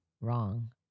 Wrong